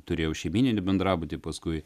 turėjau šeimyninį bendrabutį paskui